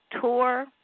tour